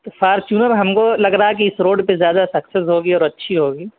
تو فارچونر ہم کو لگ رہا ہے کہ اس روڈ پہ زیادہ سکسیز ہوگی اور اچھی ہوگی